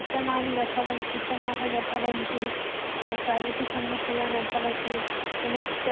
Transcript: उत्तमानि न भवन्ति उत्तमानि न भवन्ति क्वेलिटि सम्यक्तया न भवति पुनश्च